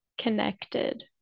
connected